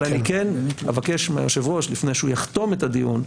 אבל אני כן אבקש מהיושב-ראש לפני שהוא יחתום את הדיון,